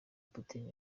putin